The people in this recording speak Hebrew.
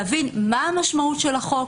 להבין מה משמעות החוק,